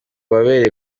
wabereye